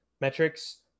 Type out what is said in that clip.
metrics